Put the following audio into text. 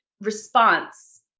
response